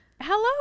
Hello